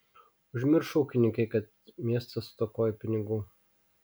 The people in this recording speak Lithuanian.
užmiršo ūkininkai kad miestas stokoja pinigų